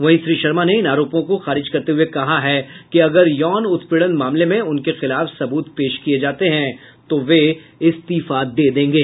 वहीं श्री शर्मा ने इन आरोपों को खारिज करते हुए कहा है कि अगर यौन उत्पीड़न मामले में उनके खिलाफ सबूत पेश किए जाते हैं तो वे इस्तीफा दे देंगे